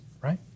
right